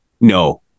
no